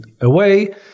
away